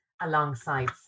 alongside